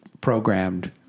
programmed